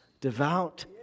devout